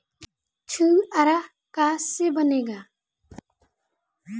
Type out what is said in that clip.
छुआरा का से बनेगा?